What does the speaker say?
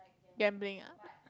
gambling ah